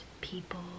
people